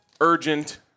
urgent